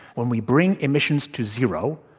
when we bring emissions to zero,